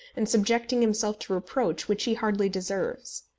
and subjecting himself to reproach which he hardly deserves.